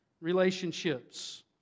relationships